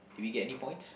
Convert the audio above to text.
did we get any points